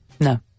No